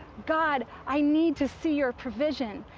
god, i need to see your provision.